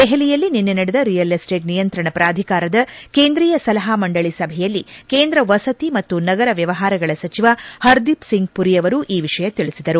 ದೆಹಲಿಯಲ್ಲಿ ನಿನ್ನೆ ನಡೆದ ರಿಯಲ್ ಎಸ್ಟೇಟ್ ನಿಯಂತ್ರಣ ಪ್ರಾಧಿಕಾರದ ಕೇಂದ್ರೀಯ ಸಲಪಾ ಮಂಡಳಿ ಸಭೆಯಲ್ಲಿ ಕೇಂದ್ರ ವಸತಿ ಮತ್ತು ನಗರ ವ್ವವಹಾರಗಳ ಸಚಿವ ಹರ್ದೀಪ್ಸಿಂಗ್ ಮರಿ ಅವರು ಈ ವಿಷಯ ತಿಳಿಸಿದರು